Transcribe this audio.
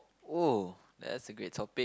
!whoa! that's a great topic